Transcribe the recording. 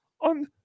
on